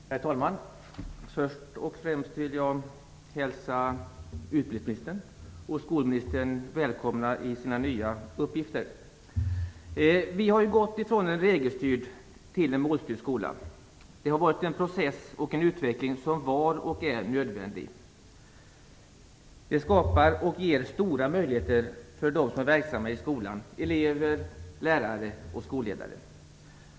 Herr talman! Först och främst vill jag hälsa utbildningsministern och skolministern välkomna i sina nya uppgifter. Vi har gått från en regelstyrd till en målstyrd skola. Det har varit en process och utveckling som var och är nödvändig. Detta skapar och ger stora möjligheter för dem som är verksamma i skolan, dvs.